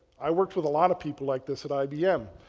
i worked with a lot of people like this at ibm.